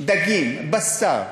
דגים, בשר,